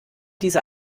diese